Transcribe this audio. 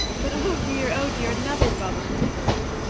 but, oh dear! oh dear! another bubble has burst!